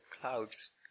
clouds